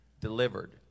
delivered